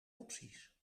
opties